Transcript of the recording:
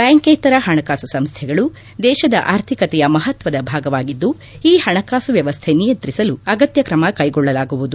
ಬ್ಲಾಂಕೇತರ ಹಣಕಾಸು ಸಂಸ್ಟೆಗಳು ದೇಶದ ಆರ್ಥಿಕತೆಯ ಮಹತ್ವದ ಭಾಗವಾಗಿದ್ದು ಈ ಹಣಕಾಸು ವ್ಹವಸ್ಟೆ ನಿಯಂತ್ರಿಸಲು ಅಗತ್ತ ಕ್ರಮ ಕೈಗೊಳ್ಳಲಾಗುವುದು